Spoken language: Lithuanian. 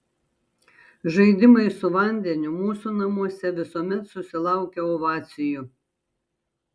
žaidimai su vandeniu mūsų namuose visuomet susilaukia ovacijų